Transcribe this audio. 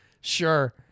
sure